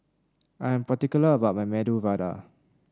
I'm particular about my Medu Vada